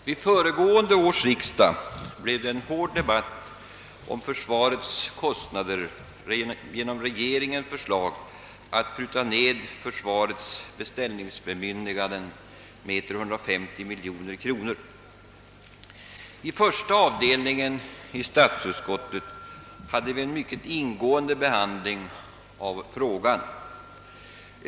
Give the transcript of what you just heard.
Vid föregående års riksdag blev det en hård debatt om försvarets kostnader med anledning av regeringens förslag att pruta ned försvarets beställningsbemyndiganden med 350 miljoner kronor. Inom första avdelningen 1 statsutskottet hade vi en mycket ingående behandling av frågan.